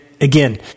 again